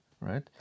right